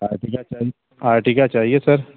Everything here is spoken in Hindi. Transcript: आर्टिका चाहिए आर्टिका चाहिए सर